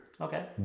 Okay